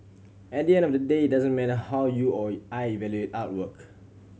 at the end of the day it doesn't matter how you or I evaluate artwork